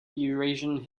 eurasian